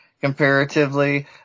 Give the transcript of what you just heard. comparatively